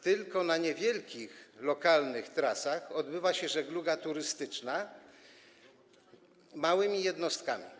Tylko na niewielkich lokalnych trasach odbywa się żegluga turystyczna małymi jednostkami.